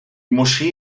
moschee